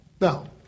Now